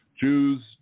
Jews